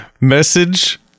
message